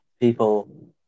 people